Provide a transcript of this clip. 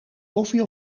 koffie